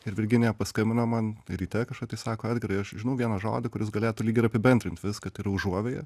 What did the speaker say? ir virginija paskambino man ryte kažkada tai sako edgarai aš žinau vieną žodį kuris galėtų lyg ir apibendrint viską tai yra užuovėja